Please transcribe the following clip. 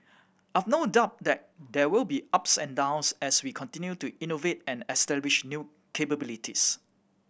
I've no doubt that there will be ups and downs as we continue to innovate and establish new capabilities